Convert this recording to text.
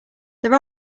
there